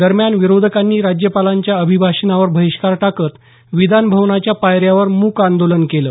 दरम्यान विरोधकांनी राज्यपालांच्या अभिभाषणावर बहिष्कार टाकत विधान भवनाच्या पायऱ्यांवर मूक आंदोलन केलं